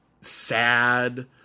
sad